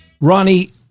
Ronnie